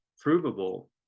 provable